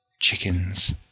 Chickens